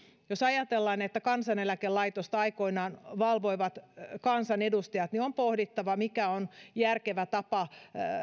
jos ajatellaan että kansaneläkelaitosta aikoinaan valvoivat kansanedustajat niin on pohdittava mikä on järkevä tapa